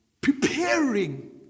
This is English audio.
preparing